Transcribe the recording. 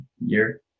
year